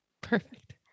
Perfect